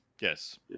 Yes